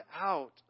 out